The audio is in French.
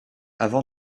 avant